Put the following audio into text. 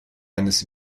eines